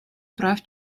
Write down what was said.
прав